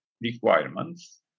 requirements